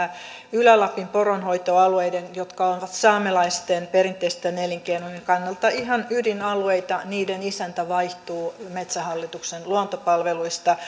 ylä lapin poronhoitoalueiden jotka ovat saamelaisten perinteisten elinkeinojen kannalta ihan ydinalueita isäntä vaihtuu metsähallituksen luontopalveluista